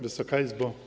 Wysoka Izbo!